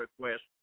request